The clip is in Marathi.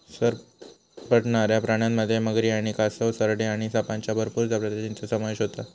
सरपटणाऱ्या प्राण्यांमध्ये मगरी आणि कासव, सरडे आणि सापांच्या भरपूर प्रजातींचो समावेश आसा